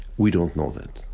we don't know that.